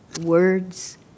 words